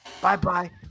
Bye-bye